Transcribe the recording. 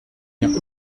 n’y